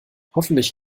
hoffentlich